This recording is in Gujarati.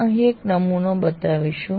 અમે અહીં એક નમૂનો બતાવીશું